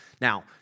Now